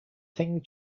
thing